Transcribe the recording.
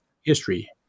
history